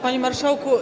Panie Marszałku!